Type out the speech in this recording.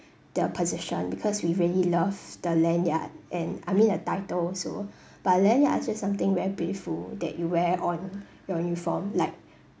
the position because we really love the lanyard and I mean the title also but lanyard are just something very beautiful that you wear on your uniform like